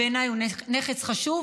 בעיניי הוא נכס חשוב,